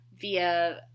via